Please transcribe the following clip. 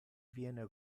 viene